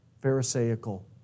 pharisaical